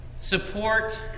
Support